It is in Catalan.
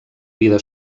vida